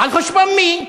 על חשבון מי?